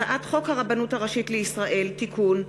הצעת חוק מס ערך מוסף (תיקון,